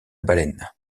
baleine